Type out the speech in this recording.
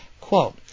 quote